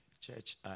church